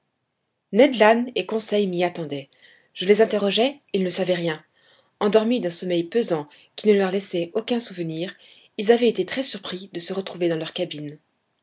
et conseil m'y attendaient je les interrogeai ils ne savaient rien endormis d'un sommeil pesant qui ne leur laissait aucun souvenir ils avaient été très surpris de se retrouver dans leur cabine